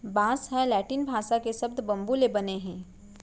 बांस ह लैटिन भासा के सब्द बंबू ले बने हे